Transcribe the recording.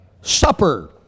supper